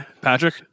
Patrick